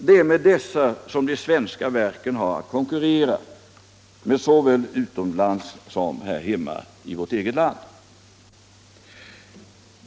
Det är med den stålindustrin som de svenska verken har att konkurrera såväl utomlands som här hemma i vårt eget land.